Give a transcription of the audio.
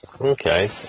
okay